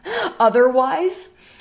otherwise